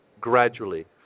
gradually